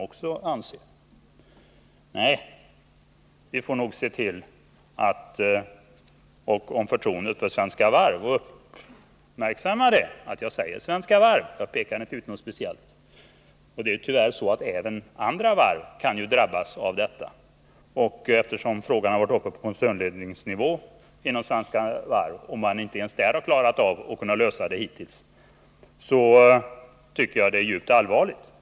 Vi får nog se till att någonting görs om förtroendet för Svenska Varv skall upprätthållas. Uppmärksamma att jag säger Svenska Varv — jag pekar inte ut något speciellt varv. Tyvärr kan även andra varv drabbas av detta. Eftersom frågan har varit uppe på koncernledningsnivå inom Svenska Varv och man inte där har klarat av att lösa frågan hittills, så är det ett djupt allvarligt problem.